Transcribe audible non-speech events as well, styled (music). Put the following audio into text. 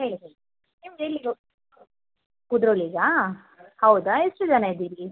ಹೇಳಿ ಹೇಳಿ ನಿಮ್ಗೆ ಎಲ್ಲಿಗೆ (unintelligible) ಕುದ್ರೋಳಿಗಾ ಹೌದಾ ಎಷ್ಟು ಜನ ಇದ್ದೀರಿ